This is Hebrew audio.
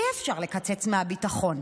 אי-אפשר לקצץ מהביטחון.